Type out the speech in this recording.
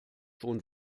schon